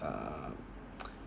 um